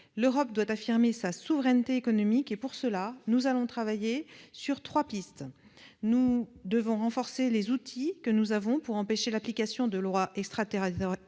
L'Europe doit affirmer sa souveraineté économique. Pour cela, nous allons travailler sur trois pistes. Premièrement, il convient de renforcer les outils existants pour empêcher l'application de lois extraterritoriales